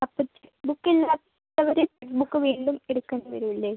അപ്പോൾ ബുക്ക് ഇല്ലാത്തവർ ബുക്ക് വീണ്ടും എടുക്കേണ്ടി വരില്ലേ